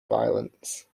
violence